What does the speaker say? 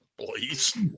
please